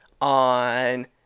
on